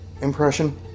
impression